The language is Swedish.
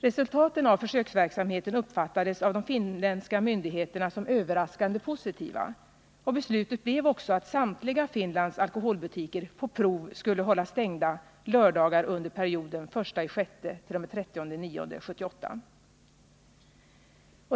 Resultaten av försöksverksamheten uppfattades av de finländska myndigheterna som överraskande positiva, och beslutet blev också att samtliga Finlands alkoholbutiker på prov skulle hållas stängda lördagar under perioden den 1 juni-den 30 september 1978.